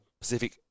Pacific